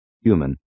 human